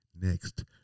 next